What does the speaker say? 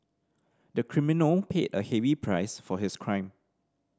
the criminal paid a heavy price for his crime